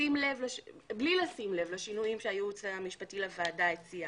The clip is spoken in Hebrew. בלי לשים לב לשינויים שהייעוץ המשפטי לוועדה הציע,